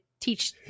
Teach